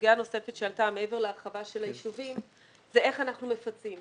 הסוגיה הנוספת שעלתה מעבר להרחבה של הישובים היא איך אנחנו מפצים.